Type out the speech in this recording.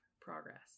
progress